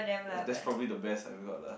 that's probably the best we got lah